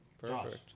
Perfect